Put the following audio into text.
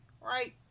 right